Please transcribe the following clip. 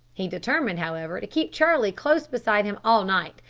he determined, however, to keep charlie close beside him all night,